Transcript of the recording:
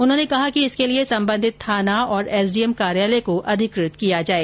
उन्होंने कहा कि इसके लिए संबंधित थाना और एसडीएम कार्यालय को अधिकृत किया जाये